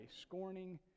scorning